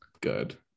good